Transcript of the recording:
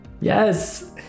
Yes